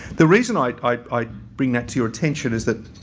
the reason i i bring that to your attention is that